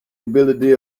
ability